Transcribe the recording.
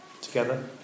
Together